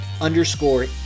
underscore